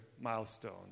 milestone